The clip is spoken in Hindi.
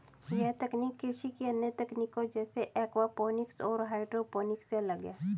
यह तकनीक कृषि की अन्य तकनीकों जैसे एक्वापॉनिक्स और हाइड्रोपोनिक्स से अलग है